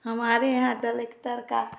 हमारे यहाँ टलेक्टर का